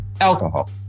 Alcohol